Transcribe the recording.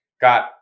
got